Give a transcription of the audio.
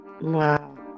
Wow